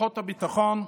לכוחות הביטחון,